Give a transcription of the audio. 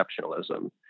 exceptionalism